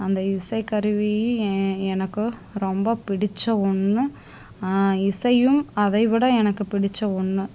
அந்த இசை கருவி எ எனக்கும் ரொம்ப பிடிச்ச ஒன்று இசையும் அதை விட எனக்கு பிடிச்ச ஒன்று